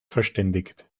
verständigt